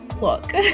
Look